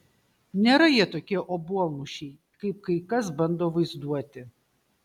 nėra jie tokie obuolmušiai kaip kai kas bando vaizduoti